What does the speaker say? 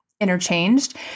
interchanged